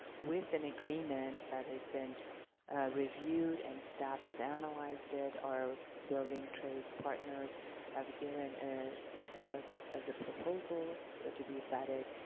with an agreement that has been reviewed, and staff has analyzed it, our building trades partners have given it to us as a proposal for it to be vetted.